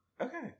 Okay